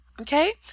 okay